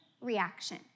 reaction